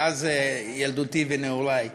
מאז ילדותי ונעורי,